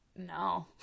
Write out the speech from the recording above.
No